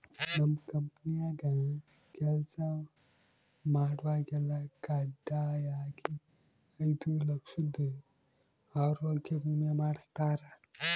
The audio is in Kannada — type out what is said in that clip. ನಮ್ ಕಂಪೆನ್ಯಾಗ ಕೆಲ್ಸ ಮಾಡ್ವಾಗೆಲ್ಲ ಖಡ್ಡಾಯಾಗಿ ಐದು ಲಕ್ಷುದ್ ಆರೋಗ್ಯ ವಿಮೆ ಮಾಡುಸ್ತಾರ